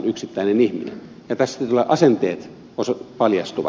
ja tässä kyllä asenteet paljastuvat